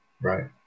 right